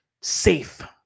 safe